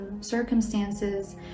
circumstances